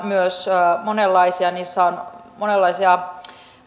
myös monenlaisia niissä on monenlaisia